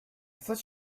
thought